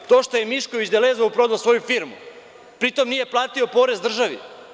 To što je Mišković „Delezeu“ prodao svoju firmu, pri tom nije platio porez državi.